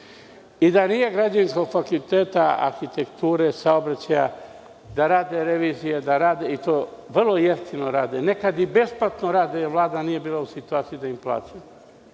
Da nije Građevinskog fakulteta, Arhitekture, Saobraćaja da rade revizije i to vrlo jeftino, nekad i besplatno rade, jer Vlada nije bila u situaciji da im plati,